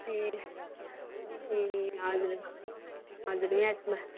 ए ए हजुर हजुर म्याथमा